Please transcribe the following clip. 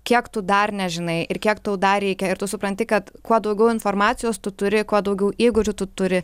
kiek tu dar nežinai ir kiek tau dar reikia ir tu supranti kad kuo daugiau informacijos tu turi kuo daugiau įgūdžių tu turi